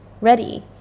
ready